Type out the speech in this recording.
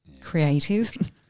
Creative